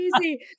easy